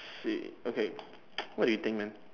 shit okay what do you think man